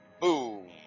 Boom